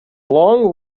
long